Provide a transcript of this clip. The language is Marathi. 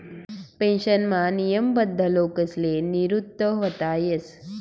पेन्शनमा नियमबद्ध लोकसले निवृत व्हता येस